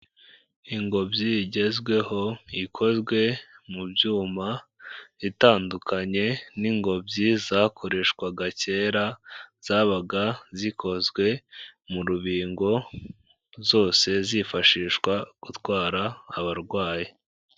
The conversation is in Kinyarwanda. Ingobyi igezweho ikozwe mu byuma, itandukanye n'ingobyi zakoreshwaga kera zabaga zikozwe mu rubingo, zose zifashishwa gutwara abarwayi.